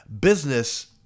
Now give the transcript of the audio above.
business